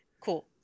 cool